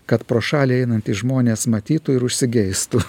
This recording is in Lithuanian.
kad pro šalį einantys žmonės matytų ir užsigeistų